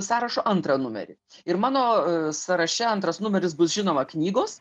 sąrašo antrą numerį ir mano sąraše antras numeris bus žinoma knygos